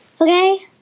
Okay